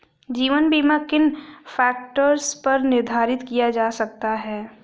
जीवन बीमा किन फ़ैक्टर्स पर निर्धारित किया जा सकता है?